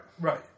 Right